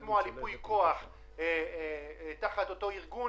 שחתמו על ייפוי כוח תחת אותו ארגון.